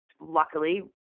luckily